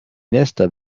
nester